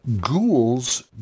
Ghouls